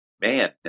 man